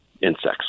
insects